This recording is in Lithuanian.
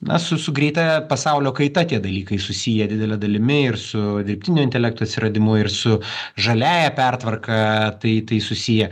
na su su greita pasaulio kaita tie dalykai susiję didele dalimi ir su dirbtinio intelekto atsiradimu ir su žaliąja pertvarka tai tai susiję